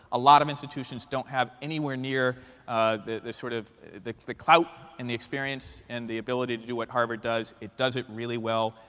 a lot of institutions don't have anywhere near the the sort of the clout and the experience and the ability to do what harvard does. it does it really well.